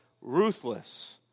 ruthless